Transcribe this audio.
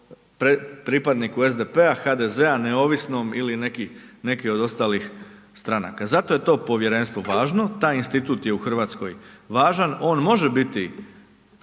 pripadniku SDP-a, HDZ-a, neovisnom ili neki od ostalih stranaka, zato je to povjerenstvo važno, taj institut je u Hrvatskoj važan, on može biti